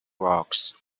rocks